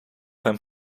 hem